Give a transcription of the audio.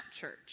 church